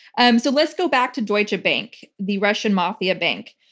um so let's go back to deutsche bank the russian mafia bank.